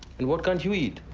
and what can't you eat?